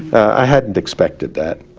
i hadn't expected that,